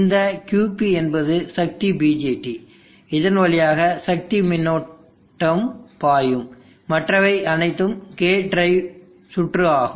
இந்த QP என்பது சக்தி BJT இதன் வழியாக சக்தி மின்னோட்டம் பாயும் மற்றவை அனைத்தும் கேட் டிரைவ் சுற்று ஆகும்